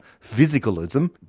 physicalism